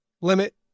limit